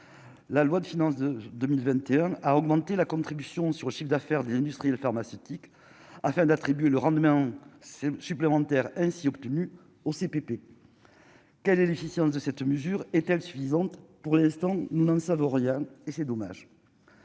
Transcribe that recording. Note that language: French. la loi de finances de 2021 à augmenter la contribution sur le chiffre d'affaires des industriels pharmaceutiques afin d'attribuer le rendement c'est supplémentaires ainsi obtenues au CPP, quelle est l'émission de cette mesure est-elle suffisante pour l'instant nous n'en savons rien et c'est dommage,